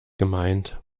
gemeint